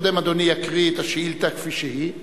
קודם אדוני יקריא את השאילתא כפי שהיא.